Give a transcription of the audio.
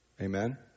Amen